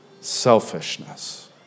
selfishness